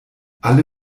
alle